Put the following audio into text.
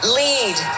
lead